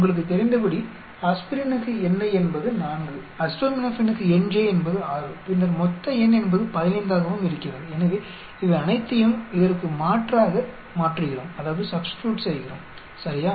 உங்களுக்குத் தெரிந்தபடி ஆஸ்பிரினுக்கு ni என்பது 4 அசிடமினோபனுக்கு nj என்பது 6 பின்னர் மொத்த n என்பது 15 ஆகவும் இருக்கிறது எனவே இவை அனைத்தையும் இதற்கு மாற்றாக மாற்றுகிறோம் சரியா